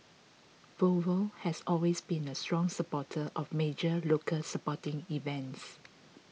Volvo has always been a strong supporter of major local sporting events